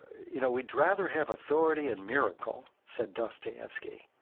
you know, we'd rather have authority and miracle, said dostoyevsky,